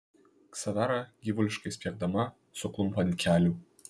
ksavera gyvuliškai spiegdama suklumpa ant kelių